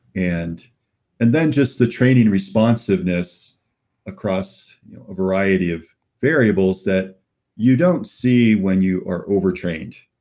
and and then just the training responsiveness across a variety of variables that you don't see when you are over-trained,